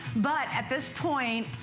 but at this point,